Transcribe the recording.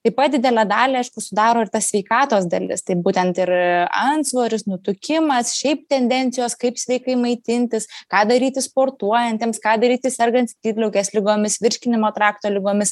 taip pat didelę dalį aišku sudaro ir ta sveikatos dalis tai būtent ir antsvoris nutukimas šiaip tendencijos kaip sveikai maitintis ką daryti sportuojantiems ką daryti sergant skydliaukės ligomis virškinimo trakto ligomis